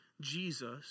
Jesus